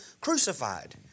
crucified